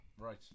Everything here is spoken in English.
Right